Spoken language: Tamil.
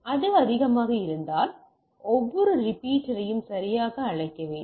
அது அதிகமாக இருந்தால் ஒவ்வொரு ரிப்பீட்டரையும் சரியாக அழைக்க வேண்டும்